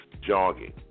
jogging